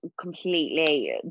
completely